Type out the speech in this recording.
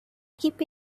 keep